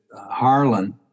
Harlan